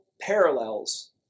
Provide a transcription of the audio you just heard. parallels